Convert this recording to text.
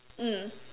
mm